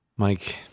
Mike